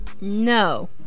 No